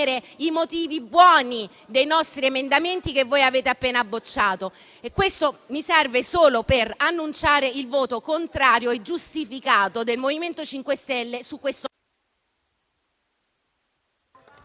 motivi dei nostri emendamenti che voi avete appena respinto, ma questo mi serve solo per annunciare il voto contrario e giustificato del MoVimento 5 Stelle sull'articolo